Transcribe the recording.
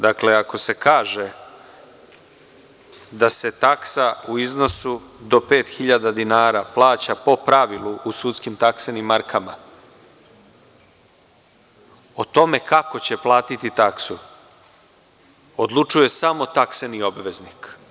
Dakle, ako se kaže da se taksa u iznosu do pet hiljade dinara plaća po pravilu u sudskim taksenim markama o tome kako će platiti taksu odlučuje samo takseni obveznik.